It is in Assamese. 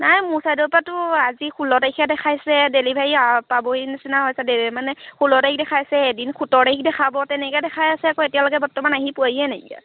নাই মোৰ চাইডৰপৰাতো আজি ষোল্ল তাৰিখে দেখাইছে ডেলিভাৰী পাবহি নিছিনা হৈছে মানে ষোল্ল তাৰিখ দেখাইছে এদিন সোতৰ তাৰিখ দেখাব তেনেকৈ দেখাই আছে আকৌ এতিয়ালৈকে বৰ্তমান আহি পোৱাহিয়ে নাইকিয়া